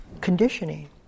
conditioning